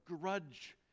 grudge